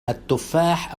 التفاح